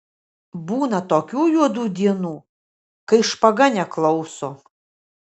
būna tokių juodų dienų kai špaga neklauso